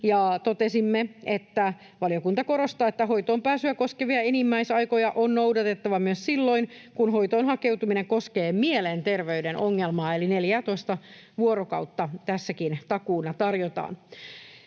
totesimme, että valiokunta korostaa, että hoitoonpääsyä koskevia enimmäisaikoja on noudatettava myös silloin, kun hoitoon hakeutuminen koskee mielenterveyden ongelmaa, eli 14:ää vuorokautta tässäkin takuuna tarjotaan.